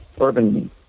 urban